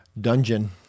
dungeon